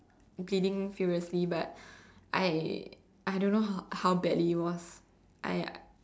bleeding furiously but I I don't know how badly it was I